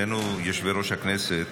שנינו יושבי-ראש הכנסת,